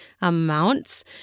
amounts